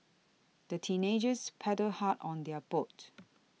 the teenagers paddled hard on their boat